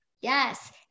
Yes